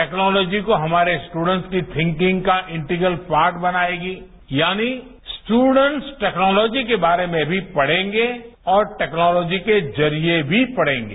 technology को हमारे students की थिंकिंग का इंटीगल पार्ट बनाएगी यानी स्ट्रडेंट्स टैक्नालॉजी के बारे में भी पढ़ेंगे और टैक्नोलॉजी के जरिये भी पढ़ेगे